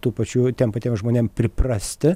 tų pačių tiem patiem žmonėm priprasti